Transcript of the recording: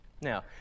Now